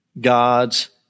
God's